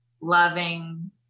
loving